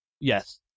Yes